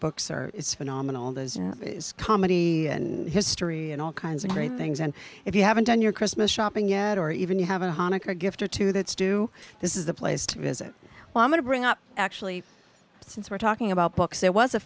books or it's phenomenal the comedy and history and all kinds of great things and if you haven't done your christmas shopping yet or even you haven't hanukkah gift or two that's due this is the place to visit well i'm going to bring up actually since we're talking about books it was a